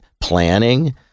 planning